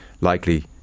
likely